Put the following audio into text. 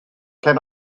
can